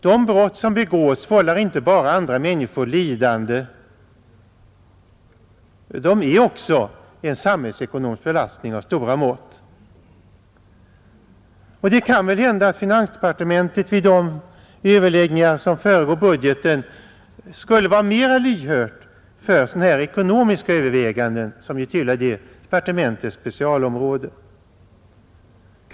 De brott som begås vållar inte bara andra människor lidande, de är också en samhällsekonomisk belastning av stora mått. Det kan väl hända att finansdepartementet vid de överläggningar som föregår budgeten skulle vara mera lyhört för sådana här ekonomiska överväganden, som ju tillhör det departementets specialområde.